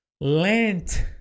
Lent